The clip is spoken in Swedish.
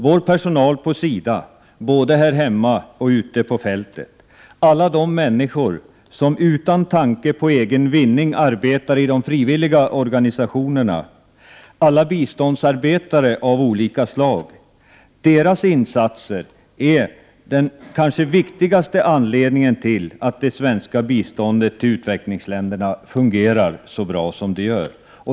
Vår personal på SIDA, både här hemma och ute på fältet, alla de människor som utan tanke på egen vinning arbetar i de frivilliga organisationerna, alla biståndsarbetare av olika slag — deras insatser är den viktigaste anledningen till att det svenska biståndet till utvecklingsländerna fungerar så bra som det gör.